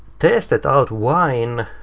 tested out wine.